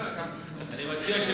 זה